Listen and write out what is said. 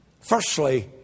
Firstly